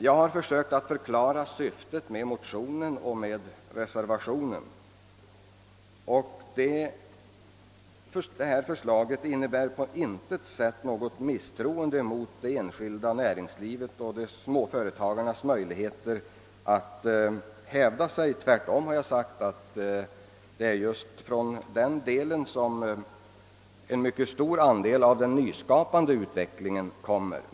Jag har försökt att förklara syftet med motionerna och reservationen 2. Förslaget innebär på intet sätt något misstroende mot det enskilda näringslivet och mot småföretagarnas möjligheter att hävda sig. Tvärtom har jag sagt att det är just därifrån som en stor del av den nyskapande utvecklingen härrör.